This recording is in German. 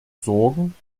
sorgen